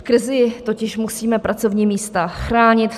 V krizi totiž musíme pracovní místa chránit.